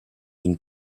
une